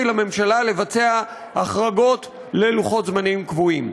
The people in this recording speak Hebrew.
לממשלה לבצע החרגות ללוחות-זמנים קבועים.